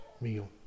meal